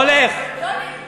לא הולך, אני לא הולך.